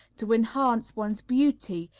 to enhance one's beauty,